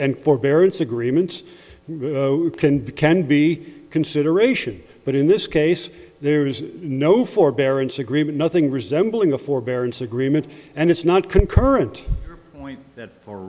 and forbearance agreements can be can be consideration but in this case there is no forbearance agreement nothing resembling a forbearance agreement and it's not concurrent point